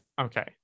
okay